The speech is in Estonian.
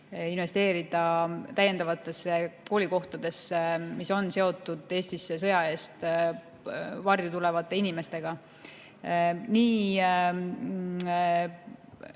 investeerida täiendavatesse koolikohtadesse, mis on seotud Eestisse sõja eest varju tulevate inimestega. Meie